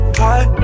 high